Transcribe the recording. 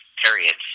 period